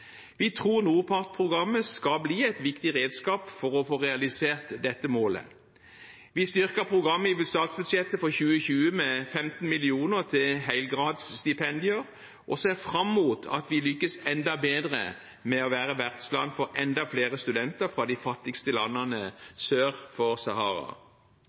Vi tror NORPART-programmet vil bli et viktig redskap for å få realisert dette målet. Vi styrket programmet i statsbudsjettet for 2020 med 15 mill. kr til helgradsstipender og ser fram mot at vi lykkes enda bedre med å være vertsland for enda flere studenter fra de fattigste landene sør for Sahara.